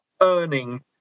earning